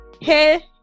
hey